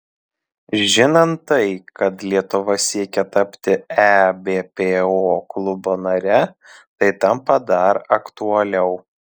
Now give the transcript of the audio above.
žinant tai kad lietuva siekia tapti ebpo klubo nare tai tampa dar aktualiau